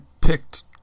picked